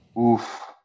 Oof